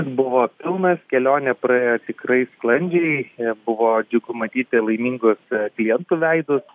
buvo pilnas kelionė praėjo tikrai sklandžiai buvo džiugu matyti laimingus klientų veidus